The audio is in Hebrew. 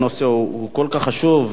הנושא הוא כל כך חשוב,